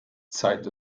zeit